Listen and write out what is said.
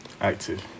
active